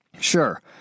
Sure